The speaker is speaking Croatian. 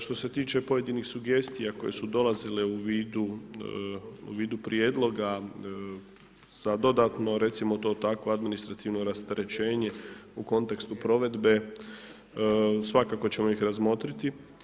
Što se tiče pojedinih sugestija koja su dolazile u vidu, u vidu prijedloga sa dodatno recimo to tako administrativno rasterećenje u kontekstu provedbe, svakako ćemo ih razmotriti.